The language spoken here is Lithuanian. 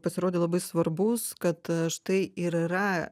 pasirodė labai svarbus kad štai ir yra